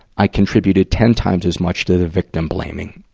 i contributed ten times as much to the victim blaming.